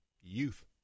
youth